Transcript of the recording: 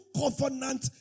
covenant